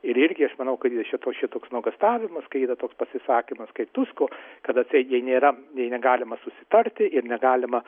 ir irgi aš manau kad ir šito šitoks nuogąstavimas kai yra toks pasisakymas kaip tusko kad atseit jie nėra negalima susitarti ir negalima